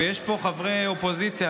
ויש פה חברי אופוזיציה,